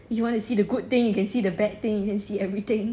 you want to see the good thing you can see the bad thing you can see everything